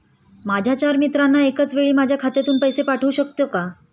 माझ्या चार मित्रांना एकाचवेळी माझ्या खात्यातून पैसे पाठवू शकतो का?